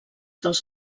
dels